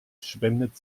spendet